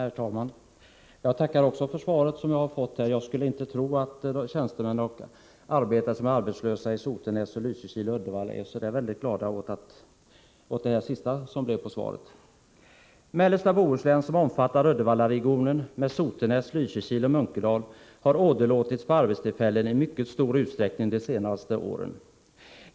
Herr talman! Också jag tackar för svaret. Jag skulle inte tro att de tjänstemän och arbetare som är arbetslösa i Sotenäs, Lysekil och Uddevalla blir särskilt glada åt det sista som arbetsmarknadsministern sade i sitt svar. Mellersta Bohuslän, som omfattar Uddevallaregionen med Sotenäs, Lysekil och Munkedal, har åderlåtits på arbetstillfällen i mycket stor utsträckning de senaste åren.